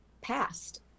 past